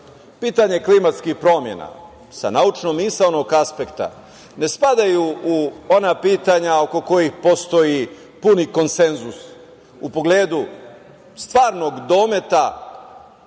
pitanje klimatskih promena sa naučno-misaonog aspekta ne spada u ona pitanja oko kojih postoji puni konsenzus u pogledu stvarnog dometa